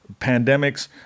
pandemics